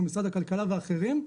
כמו משרד הכלכלה ואחרים.